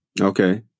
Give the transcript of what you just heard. Okay